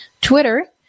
Twitter